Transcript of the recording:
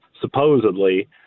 supposedly